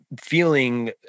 feeling